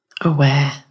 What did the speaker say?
aware